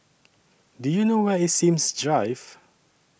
Do YOU know Where IS Sims Drive